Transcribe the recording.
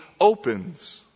opens